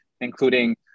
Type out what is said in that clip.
including